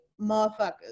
motherfuckers